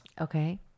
Okay